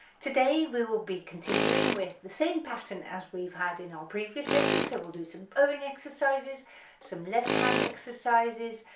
today we will be continuing with the same pattern as we've had in our previous lesson, so we'll do some bowing exercises some left hand exercises,